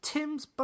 Tim's